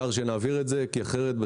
העיקר שנעביר את זה כי אחרת,